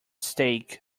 stake